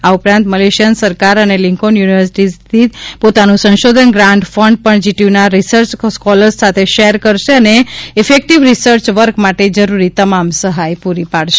આ ઉપરાંત મલેશિયન સરકાર અને લિંકોન યુનિવર્સિટીઝ પોતાનું સંશોધન ગ્રાન્ટ ફંડ પણ જીટીયુના રીસર્ચ સ્કોલર્સ સાથે શેર કરશે અને ઇફેક્ટિવ રીસર્ચ વર્ક માટે જરૂરી તમામ સહાય પૂરી પાડશે